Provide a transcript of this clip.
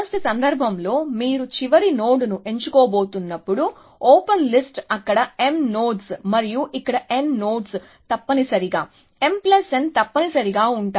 చెత్త సందర్భంలో మీరు చివరి నోడ్ను ఎంచుకోబోతున్నప్పుడు ఓపెన్ లిస్ట్ అక్కడ m నోడ్స్ మరియు ఇక్కడ n నోడ్స్ తప్పనిసరిగా mn తప్పనిసరిగా ఉంటాయి